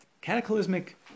cataclysmic